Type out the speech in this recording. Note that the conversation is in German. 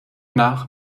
nach